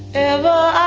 ever